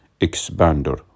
expander